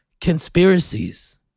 conspiracies